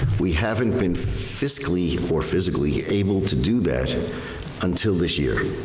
we haven't been fiscally or physically able to do that and until this year,